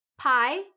PI